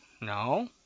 No